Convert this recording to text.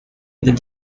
within